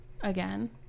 Again